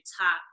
top